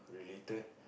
related